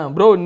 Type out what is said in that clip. Bro